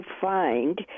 find